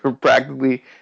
practically